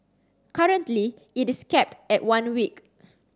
currently it is capped at one week